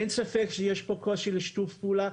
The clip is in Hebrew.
אין ספק שיש פה קושי לשיתוף פעולה.